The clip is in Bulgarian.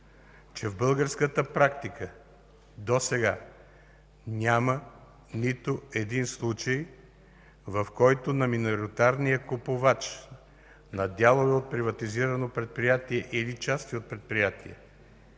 че в българската практика досега няма нито един случай, в който на миноритарния купувач на дялове от приватизирано предприятие или части от предприятие